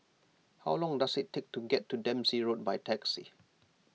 how long does it take to get to Dempsey Road by taxi